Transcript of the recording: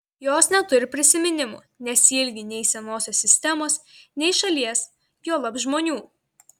jos neturi prisiminimų nesiilgi nei senosios sistemos nei šalies juolab žmonių